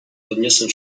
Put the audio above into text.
podniosą